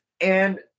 and-